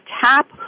tap